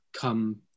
come